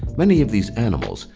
many of these animals,